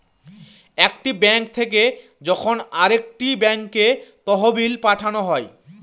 একটি ব্যাঙ্ক থেকে যখন আরেকটি ব্যাঙ্কে তহবিল পাঠানো হয়